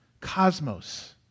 cosmos